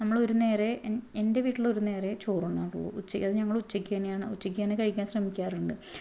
നമ്മൾ ഒരു നേരേ എന്റെ വീട്ടിൽ ഒരു നേരേ ചോറ് ഉണ്ണാറുള്ളൂ ഉച്ചയ്ക്ക് അത് ഞങ്ങൾ ഉച്ചയ്ക്ക് തന്നെയാണ് ഉച്ചയ്ക്ക് തന്നെ കഴിക്കാന് ശ്രമിക്കാറുണ്ട്